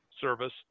service